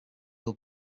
will